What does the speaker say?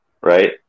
Right